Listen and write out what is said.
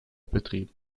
betrieben